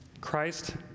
Christ